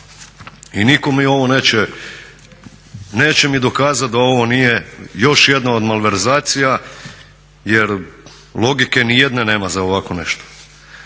i nitko mi ovo neće, neće mi dokazat da ovo nije još jedna od malverzacija jer logike nijedne nema za ovako nešto.